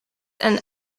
and